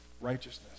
righteousness